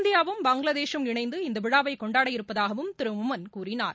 இந்தியாவும் பங்ளாதேஷும் இணைந்து இந்த விழாவை கொண்டாட இருப்பதாகவும் திரு மொமன் கூறினார்